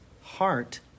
heart